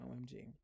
OMG